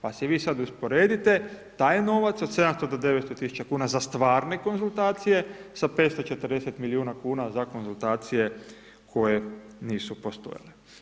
Pa si vi sada usporedite taj novac od 700-900 tisuća kuna za stvarne konzultacije sa 540 milijuna kuna za konzultacije koje nisu postojale.